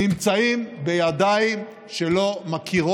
אנשים שהיית רואה מחוץ לכותל,